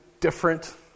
different